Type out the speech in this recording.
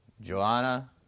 Joanna